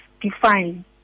define